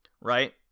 Right